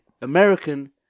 American